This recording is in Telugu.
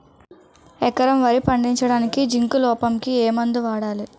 ఎకరం వరి పండించటానికి జింక్ లోపంకి ఏ మందు వాడాలి?